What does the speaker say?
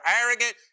arrogant